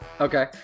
Okay